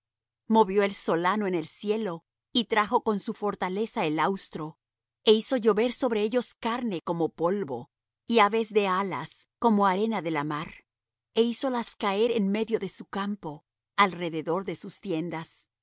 movió el solano en el cielo y trajo con su fortaleza el austro e hizo llover sobre ellos carne como polvo y aves de alas como arena de la mar e hízolas caer en medio de su campo alrededor de sus tiendas